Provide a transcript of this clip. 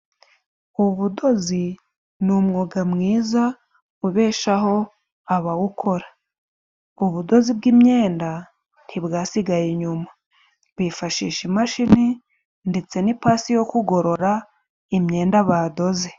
Ubudozi ni umwuga mwiza ubeshaho abawukora. Ubudozi bw'imyenda ntibwasigaye inyuma. Bifashisha imashini ndetse n'ipasi yo kugorora imyenda badoze.